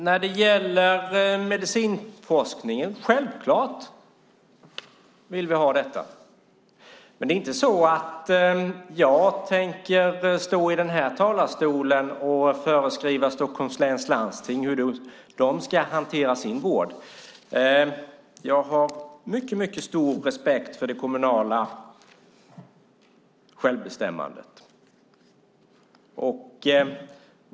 När det gäller medicinforskningen är svaret: Självklart vill vi ha detta. Men jag tänker inte stå i den här talarstolen och föreskriva Stockholms läns landsting hur de ska hantera sin vård. Jag har mycket stor respekt för det kommunala självbestämmandet.